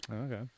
Okay